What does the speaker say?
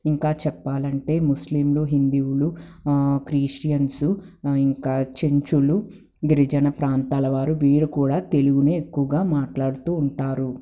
ఇంకా చెప్పాలంటే ముస్లింలు హిందివులు క్రీస్టియన్సు ఇంకా చెంచులు గిరిజన ప్రాంతాల వారు వీరు కూడా తెలుగునే ఎక్కువుగా మాట్లాడుతూ ఉంటారు